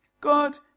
God